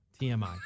TMI